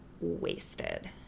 wasted